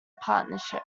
partnership